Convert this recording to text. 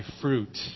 fruit